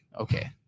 okay